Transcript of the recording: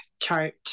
Chart